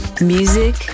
music